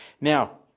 Now